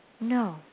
No